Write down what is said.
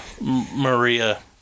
Maria